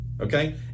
okay